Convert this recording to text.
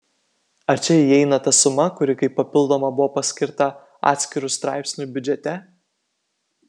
ar čia įeina ta suma kuri kaip papildoma buvo paskirta atskiru straipsniu biudžete